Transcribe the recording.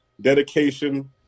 dedication